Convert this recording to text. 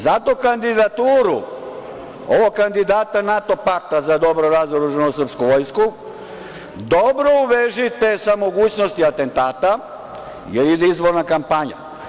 Zato kandidaturu ovog kandidata NATO pakta za dobro razoružanu srpsku vojsku dobro uvežite sa mogućnosti atentata, jer ide izborna kampanja.